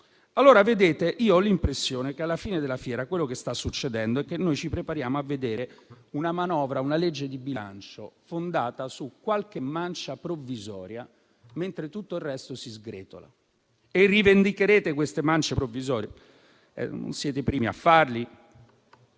a 9 euro? Ho l'impressione che, alla fine della fiera, quello che sta succedendo è che ci prepariamo a vedere una manovra e una legge di bilancio fondate su qualche mancia provvisoria, mentre tutto il resto si sgretola. Rivendicherete queste mance provvisorie, siete i primi a farlo,